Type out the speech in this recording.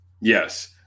yes